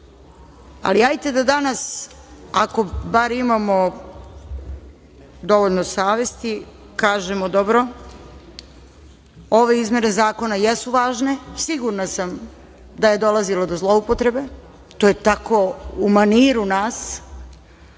važno. Hajde da danas, ako bar imamo dovoljno savesti, kažemo - dobro, ove izmene zakona jesu važne. Sigurna sam da je dolazilo do zloupotrebe, to je tako u maniru nas.